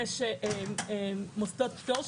יש מוסדות פטור,